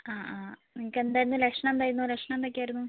ആ ആ നിങ്ങൾക്ക് എന്തായിരുന്നു ലക്ഷണം എന്തായിരുന്നു ലക്ഷണം എന്തൊക്കെ ആയിരുന്നു